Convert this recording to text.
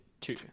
Two